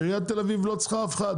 עיריית תל אביב לא צריכה אף אחד.